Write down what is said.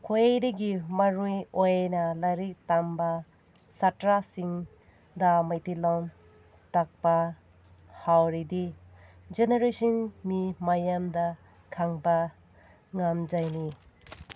ꯈ꯭ꯋꯥꯏꯗꯒꯤ ꯃꯔꯨ ꯑꯣꯏꯅ ꯂꯥꯏꯔꯤꯛ ꯇꯝꯕ ꯁꯥꯠꯇ꯭ꯔꯁꯤꯡꯗ ꯃꯩꯇꯩ ꯂꯣꯟ ꯇꯥꯛꯄ ꯍꯧꯔꯗꯤ ꯖꯦꯅꯔꯦꯁꯟ ꯃꯤ ꯃꯌꯥꯝꯗ ꯈꯪꯕ ꯉꯝꯖꯅꯤ